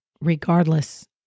regardless